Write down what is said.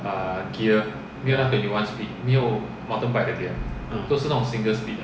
uh